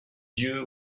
yeux